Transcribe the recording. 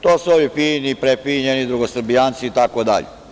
To su ovi fini, prefinjeni drugosrbijanci itd.